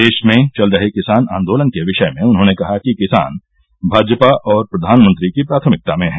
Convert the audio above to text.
देश में चल रहे किसान आदोलन के विषय में उन्होंने कहा कि किसान भाजपा और प्रधानमंत्री की प्राथमिकता में है